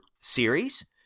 series